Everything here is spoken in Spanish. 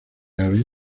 ave